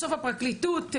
בסוף הפרקליטות סגרה,